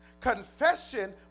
Confession